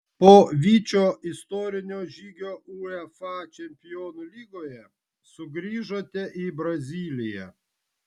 po vyčio istorinio žygio uefa čempionų lygoje sugrįžote į braziliją